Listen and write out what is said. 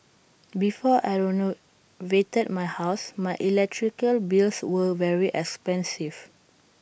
before I renovated my house my electrical bills were very expensive